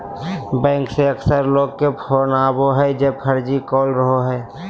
bank से अक्सर लोग के फोन आवो हइ जे फर्जी कॉल रहो हइ